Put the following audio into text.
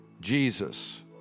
Jesus